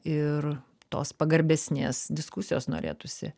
ir tos pagarbesnės diskusijos norėtųsi